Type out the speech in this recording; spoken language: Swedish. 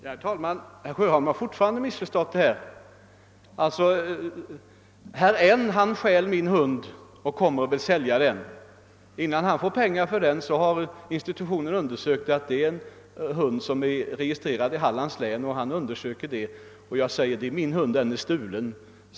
Herr talman! Herr Sjöholm har fortfarande missförstått saken. Så här ligger det till: Herr N stjäl min hund och vill sälja den till en institution. Innan han får pengar för hunden undersöker köparen den, och då finner han att den är registrerad i Hallands län och tillhör mig. Man kontaktar mig och jag säger: »Det är min hund och den är stulen.